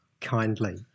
kindly